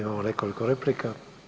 Imamo nekoliko replika.